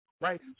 right